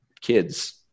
kids